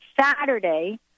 Saturday